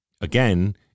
Again